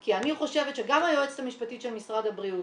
כי אני חושבת שגם היועצת המשפטית של משרד הבריאות